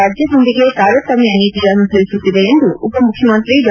ರಾಜ್ಯದೊಂದಿಗೆ ತಾರತಮ್ಯ ನೀತಿ ಅನುಸರಿಸುತ್ತಿದೆ ಎಂದು ಉಪ ಮುಖ್ಣಮಂತ್ರಿ ಡಾ